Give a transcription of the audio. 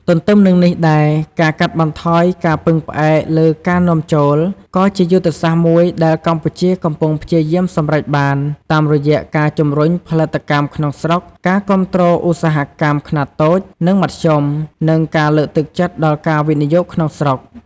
ទន្ទឹមនឹងនេះដែរ ការកាត់បន្ថយការពឹងផ្អែកលើការនាំចូល ក៏ជាយុទ្ធសាស្ត្រមួយដែលកម្ពុជាកំពុងព្យាយាមសម្រេចបាន តាមរយៈការជំរុញផលិតកម្មក្នុងស្រុក ការគាំទ្រឧស្សាហកម្មខ្នាតតូច និងមធ្យម និងការលើកទឹកចិត្តដល់ការវិនិយោគក្នុងស្រុក។